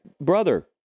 brother